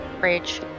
rage